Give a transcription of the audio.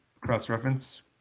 cross-reference